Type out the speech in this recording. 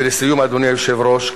לסיום, אדוני היושב-ראש,